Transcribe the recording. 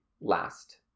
last